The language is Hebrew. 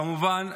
כמובן,